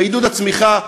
בעידוד הצמיחה.